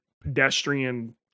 pedestrian